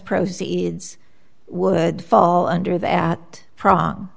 proceeds would fall under that pro